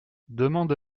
demande